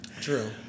True